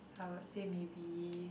I would say maybe